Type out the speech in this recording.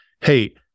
hey